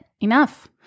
enough